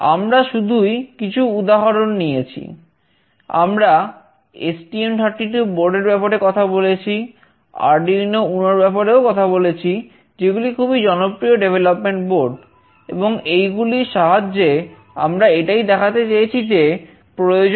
এই কোর্স বানানো খুবই সহজ